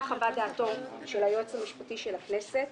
חוות דעתו של היועץ המשפטי של הכנסת,